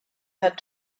had